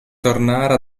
tornare